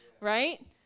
right